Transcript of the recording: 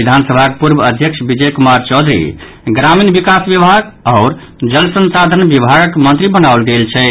विधानसभाक पूर्व अध्यक्ष विजय कुमार चौधरी ग्रामीण विकास विभाग आओर जल संसाधन विभागक मंत्री बनाओल गेल छथि